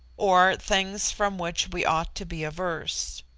or things from which we ought to be averse.